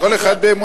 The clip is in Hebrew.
כל אחד באמונתו.